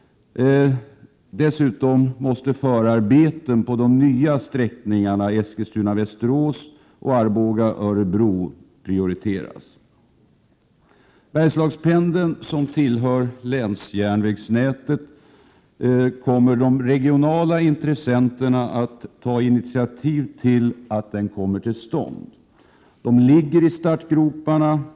Förarbeten på de nya sträckningarna Eskilstuna-Västerås och Arboga-Örebro måste prioriteras. När det gäller Bergslagspendeln, som tillhör länsjärnvägsnätet, kommer de regionala intressenterna att ta initiativ till att denna kommer till stånd. Man ligger i startgroparna.